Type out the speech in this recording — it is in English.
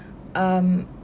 um